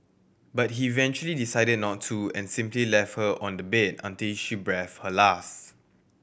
but he eventually decided not to and simply left her on the bed until she breathed her last